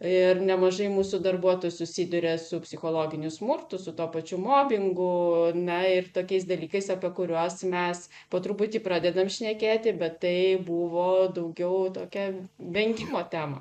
ir nemažai mūsų darbuotojų susiduria su psichologiniu smurtu su tuo pačiu mobingu na ir tokiais dalykais apie kuriuos mes po truputį pradedam šnekėti bet tai buvo daugiau tokia vengimo tema